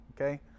okay